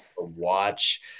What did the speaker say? watch